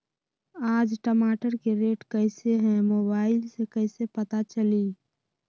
आज टमाटर के रेट कईसे हैं मोबाईल से कईसे पता चली?